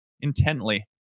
intently